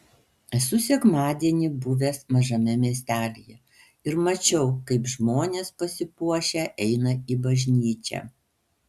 esu sekmadienį buvęs mažame miestelyje ir mačiau kaip žmonės pasipuošę eina į bažnyčią